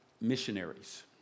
missionaries